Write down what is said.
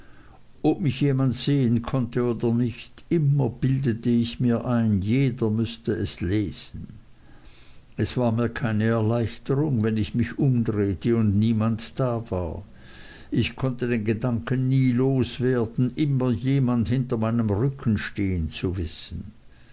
ob mich jemand sehen konnte oder nicht immer bildete ich mir ein jeder müßte es lesen es war mir keine erleichterung wenn ich mich umdrehte und niemand da war ich konnte den gedanken nie los werden immer jemand hinter meinem rücken stehen zu wissen